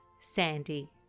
Sandy